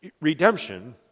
Redemption